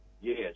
Yes